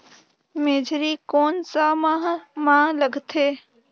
मेझरी कोन सा माह मां लगथे